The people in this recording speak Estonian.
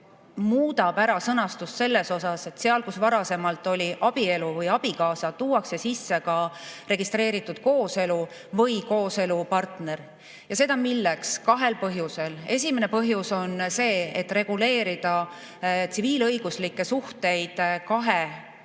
muutub sõnastus selles osas, et seal, kus varasemalt oli kirjas abielu või abikaasa, tuuakse sisse ka registreeritud kooselu või kooselupartner. Ja seda milleks? Kahel põhjusel. Esimene põhjus on soov reguleerida tsiviilõiguslikke suhteid kahe